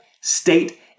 state